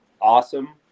awesome